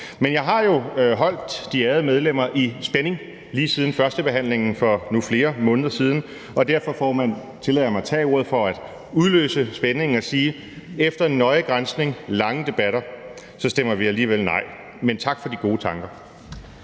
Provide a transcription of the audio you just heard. Men jeg har jo holdt de ærede medlemmer i spænding lige siden førstebehandlingen for nu flere måneder siden, og derfor tillader jeg mig at tage ordet for at udløse spændingen og sige, at efter nøje granskning og lange debatter stemmer vi alligevel nej, men tak for de gode tanker.